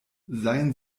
seien